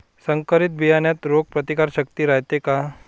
संकरित बियान्यात रोग प्रतिकारशक्ती रायते का?